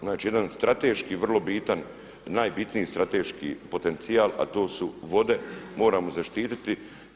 Znači jedan strateški vrlo bitan, najbitniji strateški potencijal a to su vode, moramo zaštititi.